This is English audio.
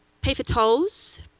pay for tolls,